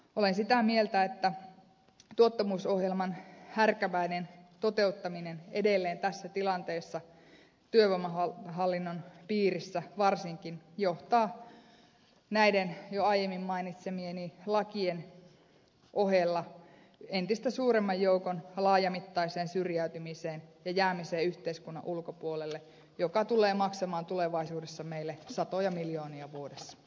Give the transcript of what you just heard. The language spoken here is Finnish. olen sitä mieltä että tuottavuusohjelman härkäpäinen toteuttaminen edelleen tässä tilanteessa työvoimahallinnon piirissä varsinkin johtaa näiden jo aiemmin mainitsemieni lakien ohella entistä suuremman joukon laajamittaiseen syrjäytymiseen ja jäämiseen yhteiskunnan ulkopuolelle mikä tulee maksamaan tulevaisuudessa meille satoja miljoonia vuodessa